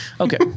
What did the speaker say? okay